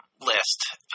list